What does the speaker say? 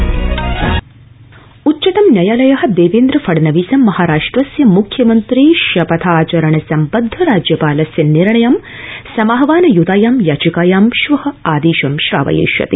उच्चतम न्यायालय उच्चतमन्यायालय देवेन्द्र फडणवीसं महाराष्ट्रस्य मुख्यमन्त्री शपथाचरण सम्बदध राज्यपालस्य निर्णयं समाहवान यूतायां याचिकायां श्व आदेशं श्रावयिष्यति